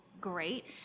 great